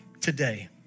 today